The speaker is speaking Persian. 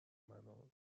منو